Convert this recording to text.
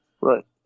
Right